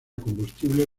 combustible